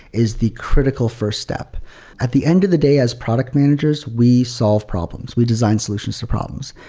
is the critical first step at the end of the day as product managers, we solve problems. we design solutions to problems.